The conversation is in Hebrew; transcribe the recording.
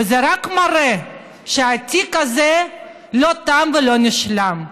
וזה רק מראה שהתיק הזה לא תם ולא נשלם.